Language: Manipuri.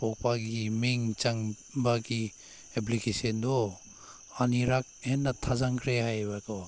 ꯄꯣꯛꯄꯒꯤ ꯃꯤꯡꯆꯟꯕꯒꯤ ꯑꯦꯄ꯭ꯂꯤꯀꯦꯁꯟꯗꯣ ꯑꯅꯤꯔꯛ ꯍꯟꯅ ꯊꯥꯖꯟꯈ꯭ꯔꯦ ꯍꯥꯏꯌꯦꯕꯀꯣ